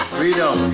Freedom